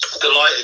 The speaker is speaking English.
Delighted